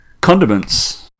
Condiments